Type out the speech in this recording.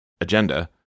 agenda